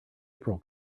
april